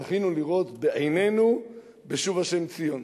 זכינו לראות בעינינו בשוב השם ציון.